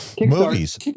movies